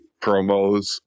promos